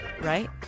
right